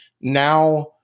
now